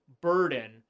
burden